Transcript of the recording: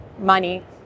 money